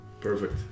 Perfect